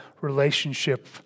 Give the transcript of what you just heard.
relationship